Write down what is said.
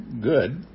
good